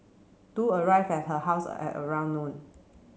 do arrived at her house at around noon